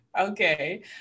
Okay